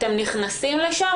אתם נכנסים לשם?